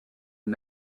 and